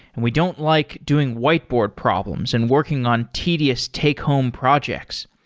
and we don't like doing whiteboard problems and working on tedious take home projects.